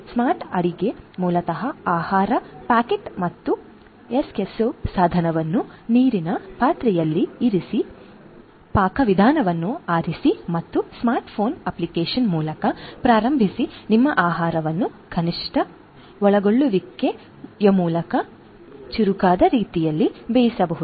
smart ಅಡುಗೆ ಮೂಲತಃ ಆಹಾರ ಪ್ಯಾಕೆಟ್ ಮತ್ತು ಎಸ್ಕೆಸ್ಸೊ ಸಾಧನವನ್ನು ನೀರಿನ ಪಾತ್ರೆಯಲ್ಲಿ ಇರಿಸಿ ಪಾಕವಿಧಾನವನ್ನು ಆರಿಸಿ ಮತ್ತು ಸ್ಮಾರ್ಟ್ ಫೋನ್ ಅಪ್ಲಿಕೇಶನ್ ಮೂಲಕ ಪ್ರಾರಂಭಿಸಿ ನಿಮ್ಮ ಆಹಾರವನ್ನು ಕನಿಷ್ಠ ಒಳಗೊಳ್ಳುವಿಕೆಯ ಮೂಲಕ ಚುರುಕಾದ ರೀತಿಯಲ್ಲಿ ಬೇಯಿಸಬಹುದು